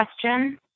question